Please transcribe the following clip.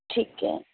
ਠੀਕ ਹੈ